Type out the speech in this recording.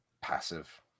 Passive